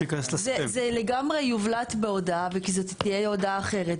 זה לגמרי יובלט בהודעה, כי זו תהיה הודעה אחרת.